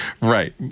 Right